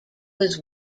was